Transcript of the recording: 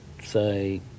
Say